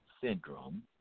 syndrome